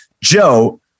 Joe